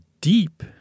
deep